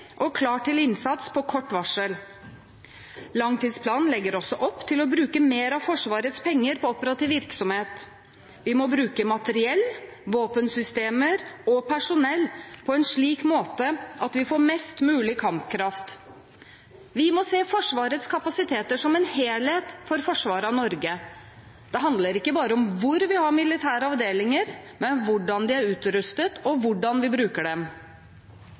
og klare til innsats på kort varsel. Langtidsplanen legger også opp til å bruke mer av Forsvarets penger på operativ virksomhet. Vi må bruke materiell, våpensystemer og personell på en slik måte at vi får mest mulig kampkraft. Vi må se Forsvarets kapasiteter som en helhet for forsvaret av Norge – det handler ikke bare om hvor vi har militære avdelinger, men også om hvordan de er utrustet, og hvordan vi bruker dem.